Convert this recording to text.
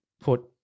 put